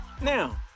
now